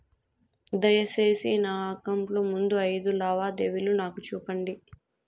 దయసేసి నా అకౌంట్ లో ముందు అయిదు లావాదేవీలు నాకు చూపండి